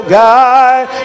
guide